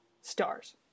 Stars